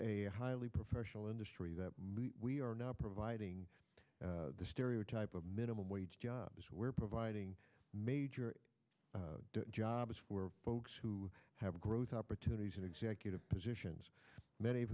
a highly professional industry that we are now providing the stereotype of minimum wage jobs where providing major jobs were folks who have growth opportunities in executive positions many of